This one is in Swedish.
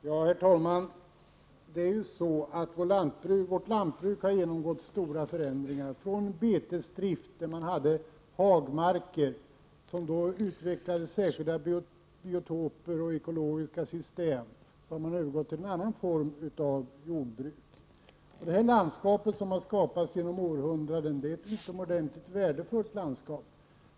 Herr talman! Vårt lantbruk har genomgått stora förändringar. Från betesdrift, där man hade hagmarker som utvecklade särskilda biotoper och ekologiska system, har man övergått till en annan form av jordbruk. Det landskap som på det sättet har skapats genom århundraden är ett utomordentligt värdefullt landskap.